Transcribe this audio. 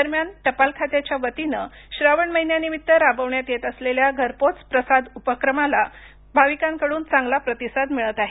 दरम्यान टपालखात्याच्या वतीनं श्रावण महिन्यानिमित्त राबवण्यात येत असलेल्या घरपोहोच प्रसाद उपक्रमाला मात्र भाविकांकडून चांगला प्रतिसाद मिळत आहे